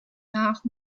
nach